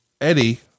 Eddie